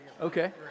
Okay